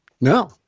No